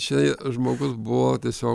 čia žmogus buvo tiesiog